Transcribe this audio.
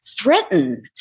threaten